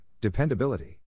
dependability